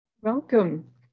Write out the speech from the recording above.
Welcome